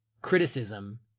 criticism